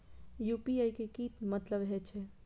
UPI के की मतलब हे छे?